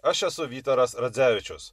aš esu vytaras radzevičius